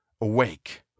awake